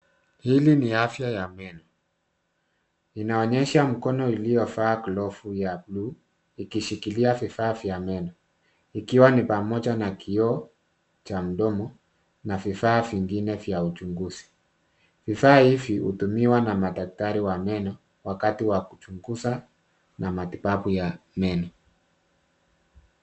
Hili ni afya ya meno. Inaonyesha mkono iliyovaa glovu ya bluu, ikishikilia vifaa vya meno, ikiwa ni pamoja na kioo cha mdomo, na vifaa vingine vya uchunguzi. Vifaa hivi hutumiwa na madaktari wa meno, wakati wa kuchunguza, na matibabu ya meno.